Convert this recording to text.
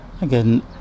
Again